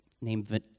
named